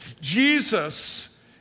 Jesus